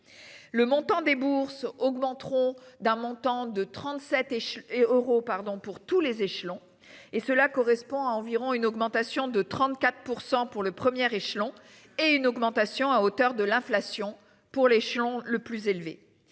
le montant des bourses augmenteront d'un montant de 37 et et euros pardon pour tous les échelons et cela correspond à environ une augmentation de 34% pour le premier échelon et une augmentation à hauteur de l'inflation pour l'échelon le plus élevé.